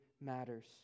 matters